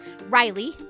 Riley